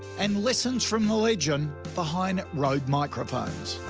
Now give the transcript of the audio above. and lessons from the legend behind rode microphones.